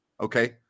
okay